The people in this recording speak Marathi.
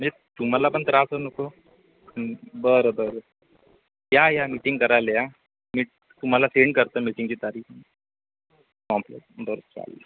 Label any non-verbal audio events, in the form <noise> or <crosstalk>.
म्हणजे तुम्हाला पण त्रास नको बरं बरं या या मीटिंग करायला या मी तुम्हाला सेंड करतं मीटिंगची तारीख <unintelligible> बरं चालेल